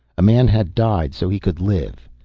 a man had died so he could live.